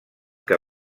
que